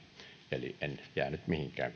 eli en jäänyt mihinkään